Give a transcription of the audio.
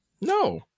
No